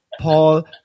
Paul